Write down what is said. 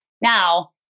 Now